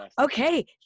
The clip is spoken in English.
okay